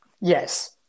Yes